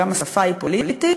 גם השפה היא פוליטית,